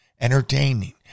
entertaining